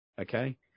okay